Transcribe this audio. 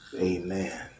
Amen